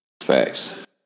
Facts